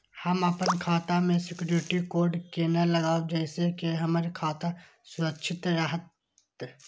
हम अपन खाता में सिक्युरिटी कोड केना लगाव जैसे के हमर खाता सुरक्षित रहैत?